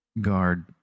guard